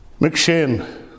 McShane